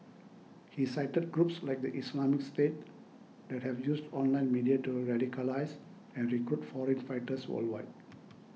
he cited groups like the Islamic State that have used online media to radicalise and recruit foreign fighters worldwide